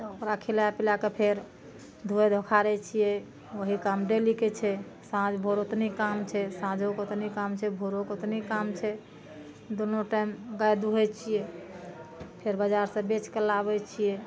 तऽ ओकरा खिलए पिलए कऽ फेर धोअइ धोखारै छियै ओही काम डेलीके छै साँझ भोर ओतनी काम छै साँझोके ओतनी काम छै भोरोके ओतनी काम छै दुन्नू टाइम गाय दूहै छियै फेर बजार सऽ बेच कए लाबै छियै